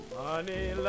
honey